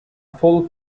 full